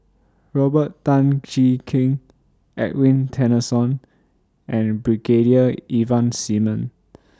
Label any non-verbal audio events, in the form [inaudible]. Robert Tan Jee Keng Edwin Tessensohn and Brigadier Ivan Simon [noise]